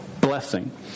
blessing